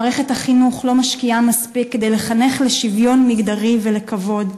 מערכת החינוך לא משקיעה מספיק כדי לחנך לשוויון מגדרי ולכבוד,